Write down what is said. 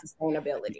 sustainability